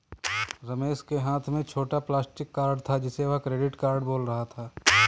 रमेश के हाथ में छोटा प्लास्टिक कार्ड था जिसे वह क्रेडिट कार्ड बोल रहा था